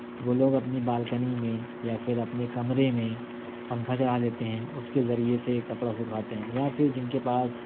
تو وہ لوگ اپنی بالکنی میں یا پھر اپنے کمرے میں پنکھا چلا دیتے ہیں اس کے ذریعے سے کپڑا سکھاتے ہیں یا پھر جن کے پاس